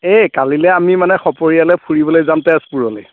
এই কালিলৈ আমি মানে সপৰীয়ালে ফুৰিবলৈ যাম তেজপুৰলৈ